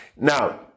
Now